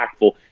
impactful